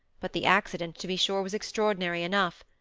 but the accident, to be sure, was extraordinary enough.